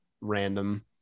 random